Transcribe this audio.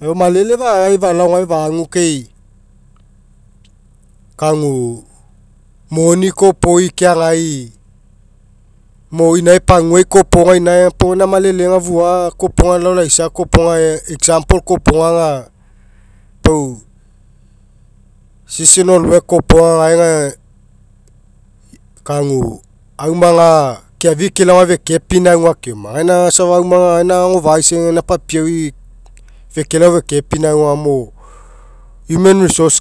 lau malele fagagai falao gae fagu kai kagu moni kopoi keagai mo inae paguai kopoga inne pau gaina malelega fua kopoga aga lau laisa kopoga example kopoga aga pau seasonal work kopoga gae aga kagu u maga keafi'i kelao gae fekepinauga keoma gaina fekelao feke pinauga nio human resource.